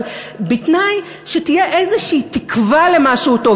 אבל בתנאי שתהיה איזו תקווה למשהו טוב.